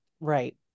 Right